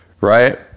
Right